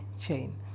chain